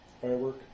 firework